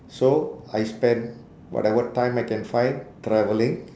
so I spend whatever time I can find travelling